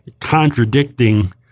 contradicting